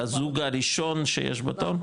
לזוג הראשון שיש בתור?